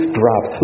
drop